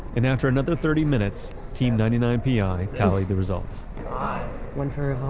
and after another thirty minutes, team ninety nine pi tallied the results one for